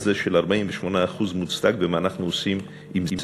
ביחס לנתון הזה של 48% תלונות מוצדקות ומה אנחנו עושים עם זה.